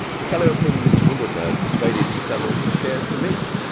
the fellow whom mr. windlebird persuaded to sell all his shares to me.